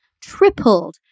tripled